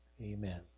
amen